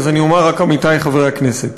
אז אני אומר רק "עמיתי חברי הכנסת"